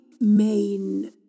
main